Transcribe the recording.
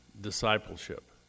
discipleship